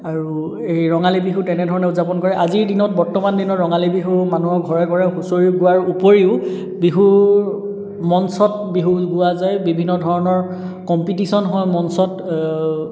আৰু এই ৰঙালী বিহু তেনেধৰণে উদযাপন কৰে আজিৰ দিনত বৰ্তমান দিনত ৰঙালী বিহু মানুহৰ ঘৰে ঘৰে হুঁচৰি গোৱাৰ ওপৰিও বিহু মঞ্চত বিহু গোৱা যায় বিভিন্ন ধৰণৰ কম্পিটিশ্যন হয় মঞ্চত